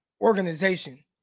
organization